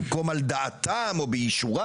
במקום על דעתם או באישורם,